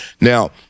Now